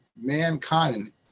mankind